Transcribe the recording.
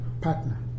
partner